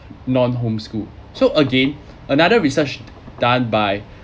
non-homeschooled so again another research done by